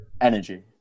Energy